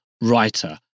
writer